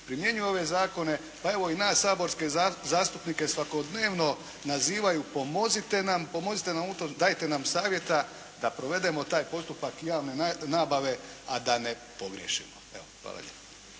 primjenjuju ove zakone pa evo i nas saborske zastupnike svakodnevno nazivaju pomozite nema, pomozite nam u tome, dajte nam savjeta da provedemo taj postupak javne nabave a da ne pogriješimo. Evo, hvala lijepa.